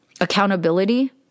accountability